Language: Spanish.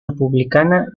republicana